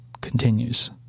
continues